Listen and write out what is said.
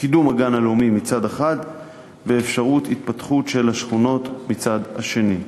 קידום הגן הלאומי מצד אחד ואפשרות התפתחות של השכונות מהצד השני.